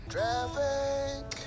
Traffic